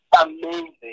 Amazing